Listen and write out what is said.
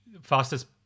Fastest